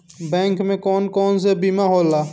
Bank में कौन कौन से बीमा होला?